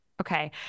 Okay